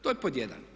To je pod jedan.